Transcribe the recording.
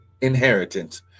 inheritance